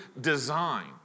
design